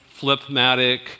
flipmatic